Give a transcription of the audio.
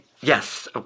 Yes